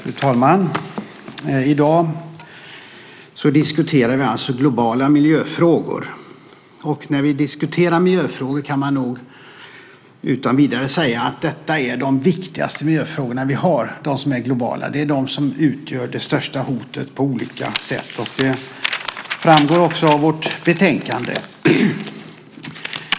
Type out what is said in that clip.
Fru talman! I dag diskuterar vi globala miljöfrågor. När man diskuterar miljöfrågor kan man nog utan vidare säga att detta är de viktigaste miljöfrågor vi har, de som är globala. Det är de som utgör det största hotet på olika sätt. Det framgår också av vårt betänkande.